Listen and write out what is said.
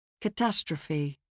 Catastrophe